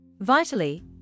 Vitally